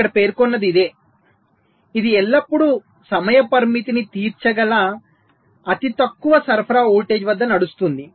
ఇక్కడ పేర్కొన్నది ఇదే ఇది ఎల్లప్పుడూ సమయ పరిమితిని తీర్చగల అతి తక్కువ సరఫరా వోల్టేజ్ వద్ద నడుస్తుంది